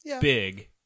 big